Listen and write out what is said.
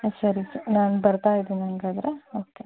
ಸರಿ ಸರ್ ನಾನು ಬರ್ತಾ ಇದ್ದೀನಿ ಹಂಗಾದ್ರೆ ಓಕೆ